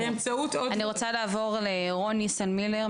באמצעות עוד --- אני רוצה לעבור לרון ניסן מילר,